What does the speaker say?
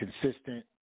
consistent